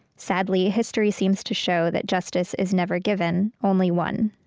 sadly, history seems to show that justice is never given, only won.